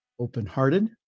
open-hearted